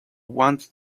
wanted